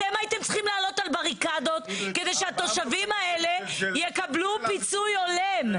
אתם הייתם צריכים לעלות על בריקדות כדי שהתושבים האלה יקבלו פיצוי הולם,